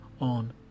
on